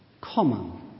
common